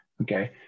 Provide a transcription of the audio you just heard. okay